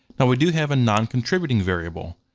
now we do have a non-contributing variable.